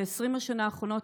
ב-20 השנים האחרונות,